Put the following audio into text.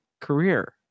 career